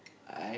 I